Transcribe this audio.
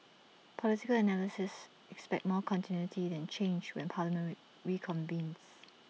political analysts expect more continuity than change when parliament reconvenes